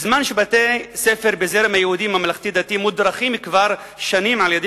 בזמן שבתי-ספר בזרם היהודי הממלכתי-דתי מודרכים כבר שנים על-ידי